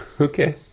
Okay